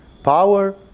Power